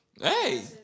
Hey